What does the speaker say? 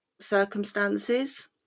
circumstances